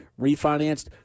refinanced